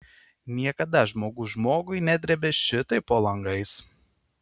niekada žmogus žmogui nedrėbė šitaip po langais